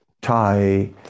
Thai